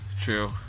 true